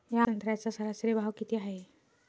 या हफ्त्यात संत्र्याचा सरासरी भाव किती हाये?